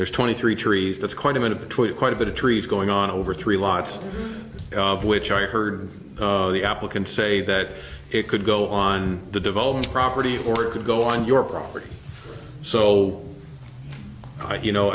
are twenty three trees that's quite a bit of a twit quite a bit of trees going on over three lot of which i heard the applicants say that it could go on the development property or it could go on your property so you know